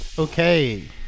okay